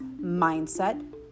mindset